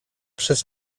przez